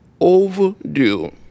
overdue